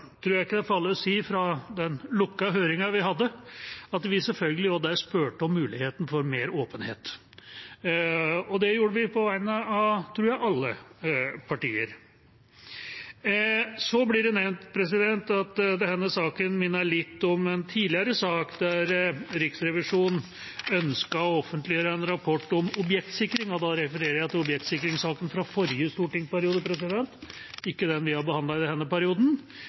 tror jeg ikke det er farlig å si fra den lukkede høringen vi hadde, at vi selvfølgelig også der spurte om muligheten for mer åpenhet. Det gjorde vi på vegne av – tror jeg – alle partier. Det blir nevnt at denne saken minner litt om en tidligere sak, der Riksrevisjonen ønsket å offentliggjøre en rapport om objektsikring – da refererer jeg til objektsikringssaken fra forrige stortingsperiode, ikke den vi har behandlet i denne perioden